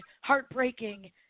heartbreaking